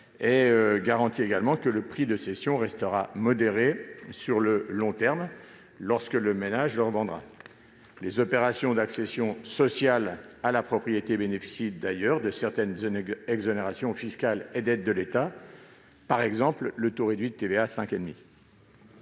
en garantissant que le prix de cession restera modéré sur le long terme, lorsque le ménage le revendra. Les opérations d'accession sociale à la propriété bénéficient, d'ailleurs, de certaines exonérations fiscales et d'aides de l'État, par exemple le taux réduit de TVA à 5,5